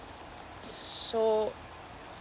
so